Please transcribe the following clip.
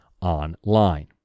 online